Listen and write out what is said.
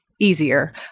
easier